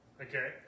Okay